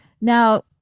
now